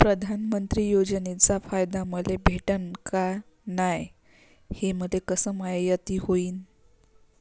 प्रधानमंत्री योजनेचा फायदा मले भेटनं का नाय, हे मले कस मायती होईन?